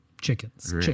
chickens